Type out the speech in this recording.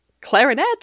clarinet